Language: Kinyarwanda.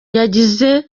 yagize